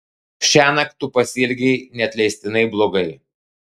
šiąnakt tu pasielgei neatleistinai blogai